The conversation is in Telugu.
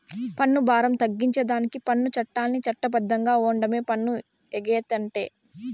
పన్ను బారం తగ్గించేదానికి పన్ను చట్టాల్ని చట్ట బద్ధంగా ఓండమే పన్ను ఎగేతంటే